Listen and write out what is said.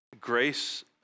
grace